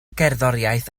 gerddoriaeth